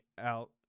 out